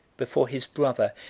before his brother,